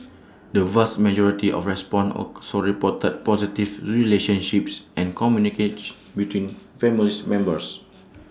the vast majority of respondents also reported positive relationships and communication between families members